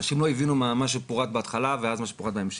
אנשים לא הבינו מה שפורט בהתחלה ואז מה שפורט בהמשך.